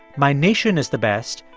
my nation is the best,